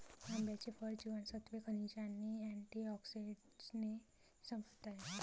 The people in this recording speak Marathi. आंब्याचे फळ जीवनसत्त्वे, खनिजे आणि अँटिऑक्सिडंट्सने समृद्ध आहे